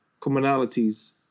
commonalities